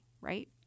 right